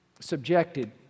subjected